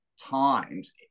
times